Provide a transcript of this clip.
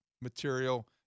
material